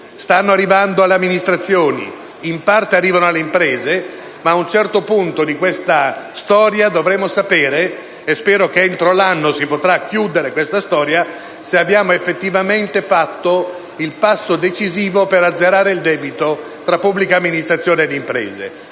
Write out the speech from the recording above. stanno arrivando alle amministrazioni e in parte arrivano alle imprese, ma ad un certo punto dovremo sapere - e spero che entro l'anno si possa chiudere questa storia - se abbiamo effettivamente compiuto il passo decisivo per azzerare il debito tra pubblica amministrazione e imprese.